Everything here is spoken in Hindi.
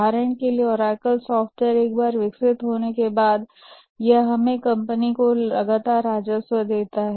उदाहरण के लिए ओरेकल सॉफ्टवेयर एक बार विकसित होने के बाद यह हमारी कंपनी को लगातार राजस्व देता है